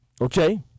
Okay